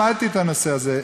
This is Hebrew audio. תאמין לי, למדתי את הנושא הזה.